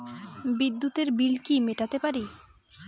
বিদ্যুতের বিল কি মেটাতে পারি?